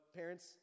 parents